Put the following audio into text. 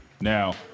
Now